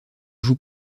joue